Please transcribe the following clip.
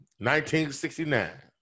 1969